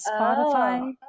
Spotify